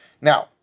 Now